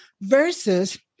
versus